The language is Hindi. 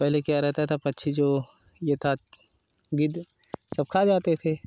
पहले क्या रहता था पक्षी जो ये था गिद्द सब खा जाते थे